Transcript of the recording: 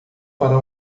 para